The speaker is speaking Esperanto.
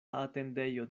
atendejo